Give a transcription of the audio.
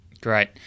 Great